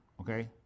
Okay